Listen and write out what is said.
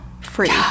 Free